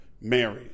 Mary